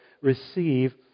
receive